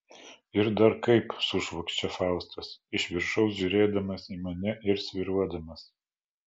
ir dar kaip sušvokščia faustas iš viršaus žiūrėdamas į mane ir svyruodamas